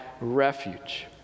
refuge